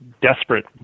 desperate